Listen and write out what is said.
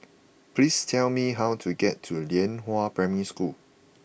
please tell me how to get to Lianhua Primary School